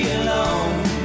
alone